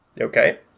Okay